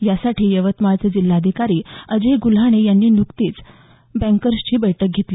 यासाठी यवतमाळचे जिल्हाधिकारी अजय गुल्हाने यांनी नुकतीच बँकर्सची बैठक घेतली